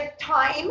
time